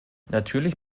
natürlich